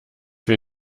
wir